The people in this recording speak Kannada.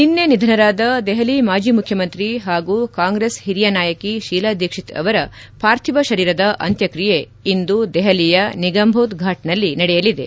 ನಿನ್ನೆ ನಿಧನರಾದ ದೆಹಲಿ ಮಾಜಿ ಮುಖ್ಯಮಂತ್ರಿ ಹಾಗೂ ಕಾಂಗ್ರೆಸ್ ಹಿರಿಯ ನಾಯಕಿ ಶೀಲಾ ದೀಕ್ಷಿತ್ ಅವರ ಪಾರ್ಥಿವ ಶರೀರದ ಅಂತ್ಯಕ್ರಿಯೆ ಇಂದು ದೆಹಲಿಯ ನಿಗಮ್ಬೋಧ್ ಫಾಟ್ನಲ್ಲಿ ನಡೆಯಲಿದೆ